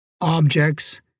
objects